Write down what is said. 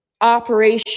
operation